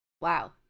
Wow